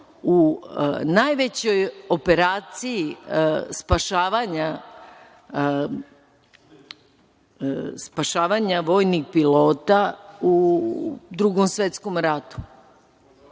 u najvećoj operaciji spašavanja vojnih pilota u Drugom svetskom ratu